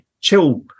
chill